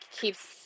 keeps